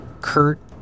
Kurt